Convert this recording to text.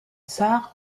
tsar